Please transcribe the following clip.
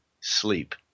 sleep